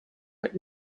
but